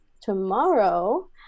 tomorrow